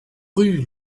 rue